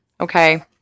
okay